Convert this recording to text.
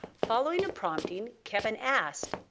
following a prompting, kevin asked,